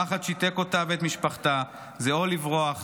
הפחד שיתק אותה ואת משפחתה, זה או לברוח